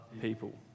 people